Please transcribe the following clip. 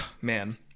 Man